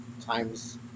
times